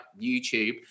YouTube